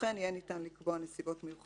אכן לזנאים אין דרך